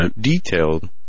detailed